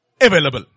available